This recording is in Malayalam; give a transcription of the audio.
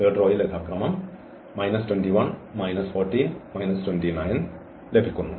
തേർഡ് റോയിൽ യഥാക്രമം ലഭിക്കുന്നു